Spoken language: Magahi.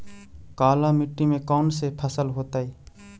काला मिट्टी में कौन से फसल होतै?